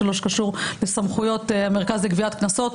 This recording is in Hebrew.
במה שקורה בסמכויות המרכז לגביית קנסות,